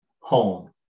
home